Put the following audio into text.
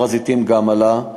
הר-הזיתים גם עלה.